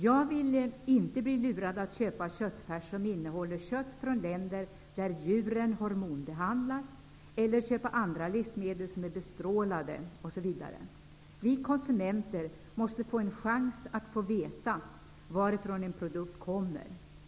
Jag vill inte bli lurad att köpa köttfärs som innehåller kött från länder där djuren hormonbehandlas eller köpa andra livsmedel som är bestrålade. Vi konsumenter måste få en chans att få veta varifrån en produkt kommer.